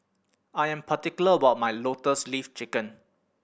I am particular about my Lotus Leaf Chicken